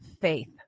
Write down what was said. faith